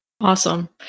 Awesome